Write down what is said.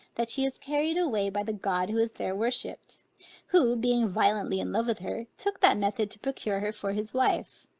that she is carried away by the god who is there worshipped who being violently in love with her, took that method to procure her for his wife.